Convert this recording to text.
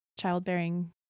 childbearing